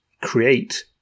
create